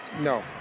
No